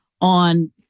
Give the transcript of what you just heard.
on